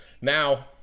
now